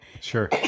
sure